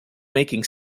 making